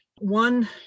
one